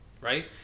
right